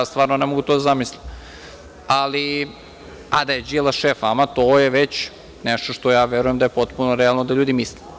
Stvarno, to ne mogu da zamislim, a da je Đilas šef vama, to je već nešto što ja verujem da je potpuno realno da ljudi misle.